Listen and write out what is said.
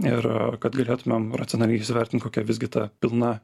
ir kad galėtumėm racionaliai įsivertint kokia visgi ta pilna